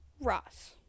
ross